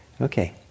Okay